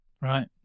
Right